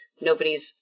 nobody's